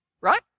Right